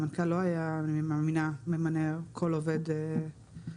אני מאמינה שהמנכ"ל לא היה ממנה כל עובד במשרד.